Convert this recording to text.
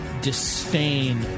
disdain